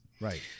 Right